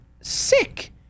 sick